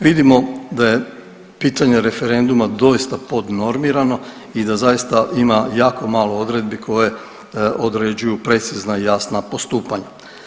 Vidimo da je pitanje referenduma doista podnormirano i da zaista ima jako malo odredbi koje određuju precizna i jasna postupanja.